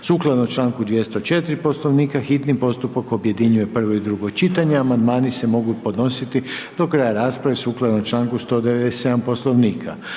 sukladno čl. 204. Poslovnika hitni postupak objedinjuje prvo i drugo čitanje, a amandmani se mogu podnositi do kraja rasprave sukladno čl. 197. Poslovnika.